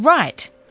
right